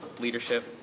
leadership